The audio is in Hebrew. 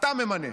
אתה ממנה.